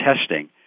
Testing